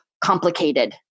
complicated